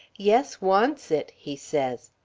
yes wants it he says,